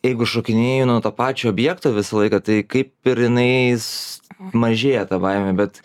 jeigu šokinėji nuo to pačio objekto visą laiką tai kaip ir jinais mažėja ta baimė bet